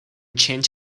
changed